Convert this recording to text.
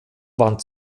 waren